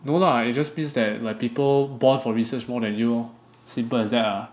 no lah it just means that like people born for research more than you lor simple as that lah